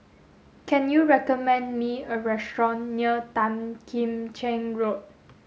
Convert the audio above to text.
can you recommend me a restaurant near Tan Kim Cheng Road